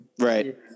Right